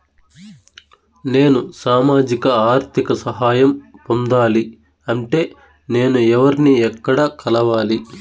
నేను సామాజిక ఆర్థిక సహాయం పొందాలి అంటే నేను ఎవర్ని ఎక్కడ కలవాలి?